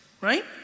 Right